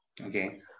okay